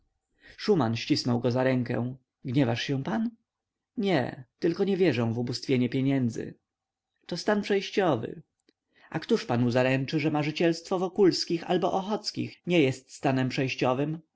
szuman ścisnął go za rękę gniewasz się pan nie tylko nie wierzę w ubóstwienie pieniędzy to stan przejściowy a któż panu zaręczy że marzycielstwo wokulskich albo ochockich nie jest stanem przejściowym